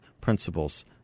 principles